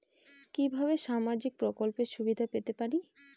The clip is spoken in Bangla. কিভাবে সামাজিক প্রকল্পের সুবিধা পেতে পারি?